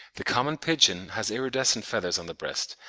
the common pigeon has iridescent feathers on the breast,